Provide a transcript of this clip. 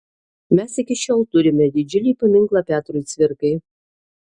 mes iki šiol turime didžiulį paminklą petrui cvirkai